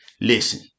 Listen